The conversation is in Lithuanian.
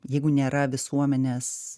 jeigu nėra visuomenės